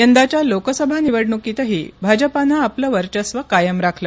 यंदाच्या लोकसभा निवडणुकीतही भाजपानं आपलं वर्चस्व कायम राखलं